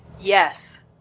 Yes